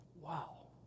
Wow